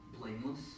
Blameless